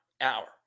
Hour